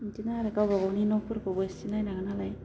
बिदिनो आरो गाव गावबा गावनि न'फोरखौबो एसे नायनांगौ नालाय